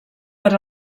per